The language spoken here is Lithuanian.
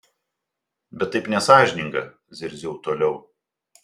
bet taip nesąžininga zirziau toliau